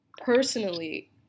personally